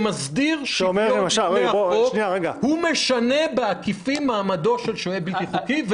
שמסדיר שבתו בפני החוק משנה בעקיפין מעמדו של שוהה בלתי חוקי?